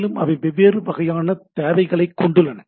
மேலும் அவை வெவ்வேறு வகையான தேவைகளைக் கொண்டுள்ளன